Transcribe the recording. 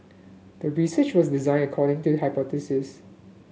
the research was designed according to the hypothesis